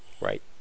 Right